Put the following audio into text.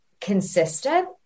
consistent